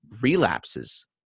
relapses